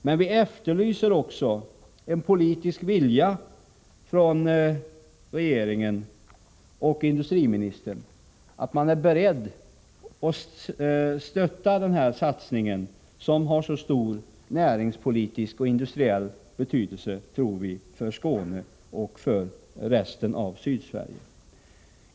Men vi efterlyser en politisk vilja från regeringen och industriministern, att man är beredd att stötta den här satsningen som vi tror har mycket stor näringspolitisk och industriell betydelse för Skåne och resten av Sydsverige.